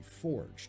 forged